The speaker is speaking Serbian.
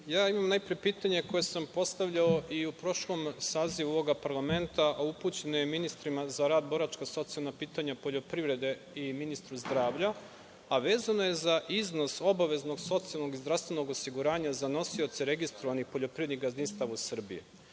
imam pitanje koje sam postavljao i u prošlom sazivu ovog parlamenta, a upućeno je ministrima za rad, boračka i socijalna pitanja, poljoprivrede, i ministru zdravlja, a vezano je za iznos obaveznog socijalnog i zdravstvenog osiguranja za nosioce registrovanih poljoprivrednih gazdinstava u Srbiji.